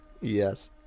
Yes